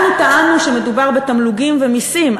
אנחנו טענו שמדובר בתמלוגים ומסים,